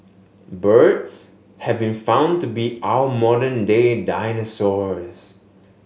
birds have been found to be our modern day dinosaurs